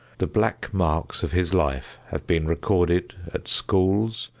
the black marks of his life have been recorded at schools,